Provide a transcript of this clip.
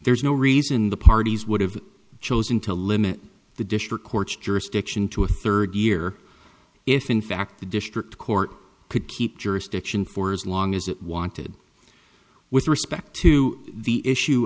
there's no reason the parties would have chosen to limit the district court's jurisdiction to a third year if in fact the district court could keep jurisdiction for as long as it wanted with respect to the issue